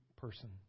person